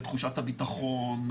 בתחושת הביטחון,